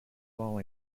small